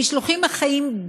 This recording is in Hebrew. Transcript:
המשלוחים החיים,